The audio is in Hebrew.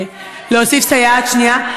אבל, איילת, זו הצעה, להוסיף סייעת שנייה.